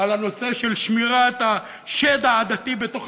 על הנושא של שמירת השד העדתי בתוך